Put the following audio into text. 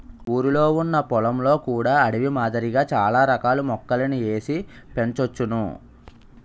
ఊరిలొ ఉన్న పొలంలో కూడా అడవి మాదిరిగా చాల రకాల మొక్కలని ఏసి పెంచోచ్చును